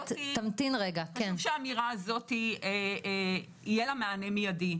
חשוב שהאמירה הזאת יהיה לה מענה מיידי.